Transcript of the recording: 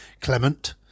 Clement